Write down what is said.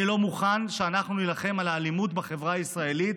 אני לא מוכן שאנחנו נילחם באלימות בחברה הישראלית